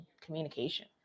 communication